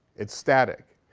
it's static.